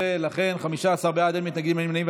לכן 15 בעד, אין מתנגדים, אין נמנעים.